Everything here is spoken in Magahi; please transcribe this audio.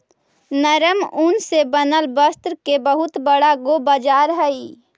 नरम ऊन से बनल वस्त्र के बहुत बड़ा गो बाजार हई